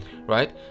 right